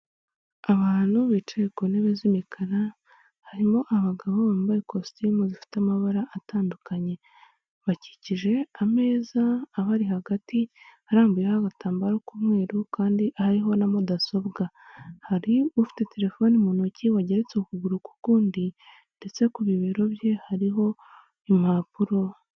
Abantu bicaye ku ntebe z'imikara harimo abagabo bambaye ikositimu zifite amabara atandukanye, bakikije ameza abari hagati arambuyeho agatambaro k'umweru kandi ariho na mudasobwa, hari ufite telefoni mu ntoki wageretse ukuguru k'ukundi ndetse ku bibero bye hariho impapuro.